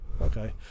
okay